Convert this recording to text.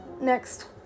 next